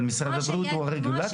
אבל משרד הבריאות הוא הרגולטור,